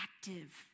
active